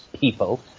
people